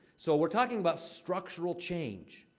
so, we're talking about structural change.